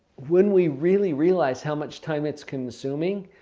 when we really realize how much time it's consuming,